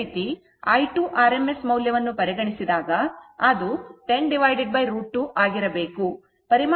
ಇದೇ ರೀತಿ i2 rms ಮೌಲ್ಯವನ್ನು ಪರಿಗಣಿಸಿದಾಗ ಅದು 10√ 2 ಆಗಿರಬೇಕು